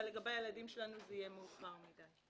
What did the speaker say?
אבל לגבי הילדים שלנו זה יהיה מאוחר מדי.